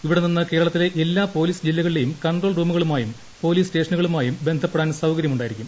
ഇവിടെനിന്ന് കേരളത്തിലെ എല്ലാ പോലീസ് ജില്ലകളിലെയും കൺട്രോൾ റൂമുകളുമായും പോലീസ് സ്റ്റേഷനുകളു മായും ബന്ധപ്പെടാൻ സൌകര്യമുണ്ടായിരിക്കും